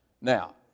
Now